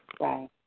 Right